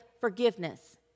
forgiveness